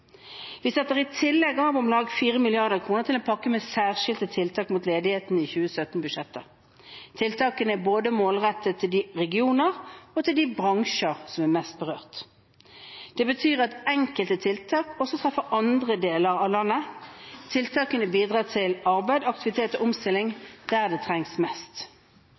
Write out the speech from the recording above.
Vi setter i tillegg av om lag 4 mrd. kr til en pakke med særskilte tiltak mot ledigheten i 2017-budsjettet. Tiltakene er målrettet til de regioner og bransjer som er mest berørt. Det betyr at enkelte tiltak også treffer andre deler av landet. Tiltakene bidrar til arbeid, aktivitet og omstilling der det trengs mest.